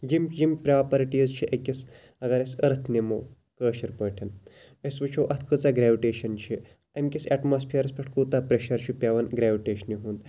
یِم یِم پراپرٹیٖز چھِ أکِس اَگر أسۍ أرتھ نِمو کٲشِر پٲٹھۍ أسۍ وٕچھو اتھ کۭژاہ گریٚوِٹیشَن چھِ امہ کِس ایٚٹماسفیرَس پٮ۪ٹھ کوتاہ پریٚشَر چھُ پیٚوان گریٚوِٹیشنہِ ہُنٛد